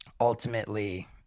ultimately